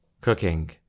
cooking